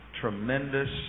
tremendous